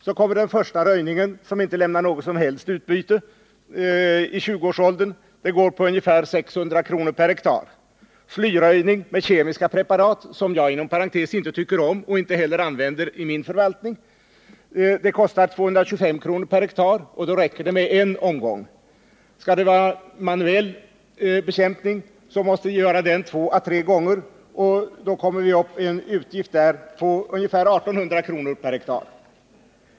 Den första röjningen i 20-årsåldern, som inte lämnar något som helst utbyte, går på ungefär 600 kr. per ha. Slyröjning med kemiska preparat —-som jag inom parentes inte tycker om och inte heller använder inom min förvaltning — kostar 225 kr. per ha. Det räcker med en omgång. Manuell röjning måste göras två å tre gånger. Man kommer då upp i en utgift på ungefär 1800 kr. per ha.